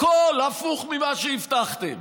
הכול הפוך ממה שהבטחתם.